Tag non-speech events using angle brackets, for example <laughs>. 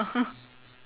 <laughs>